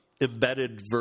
embedded